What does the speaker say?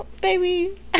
baby